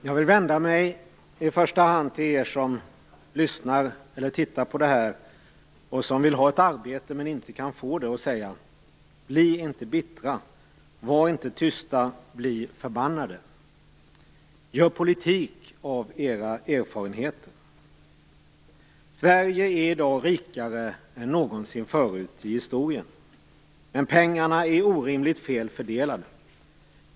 Fru talman! Jag vill i första hand vända mig till er som lyssnar eller tittar på denna debatt och som vill ha ett arbete men som inte kan få det och säga: Bli inte bittra. Var inte tysta. Bli förbannade. Gör politik av era erfarenheter. Sverige är i dag rikare än någonsin förut i historien. Men pengarna är orimligt fel fördelade.